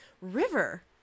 River